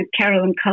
carolyn